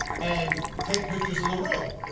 and take pictures of the room.